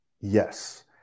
yes